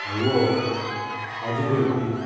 हल्वो काजू बर्फी